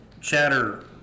chatter